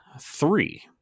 three